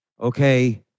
okay